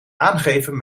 aangeven